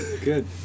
good